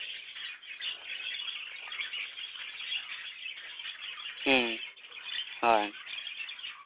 ᱦᱩᱸ ᱦᱳᱭ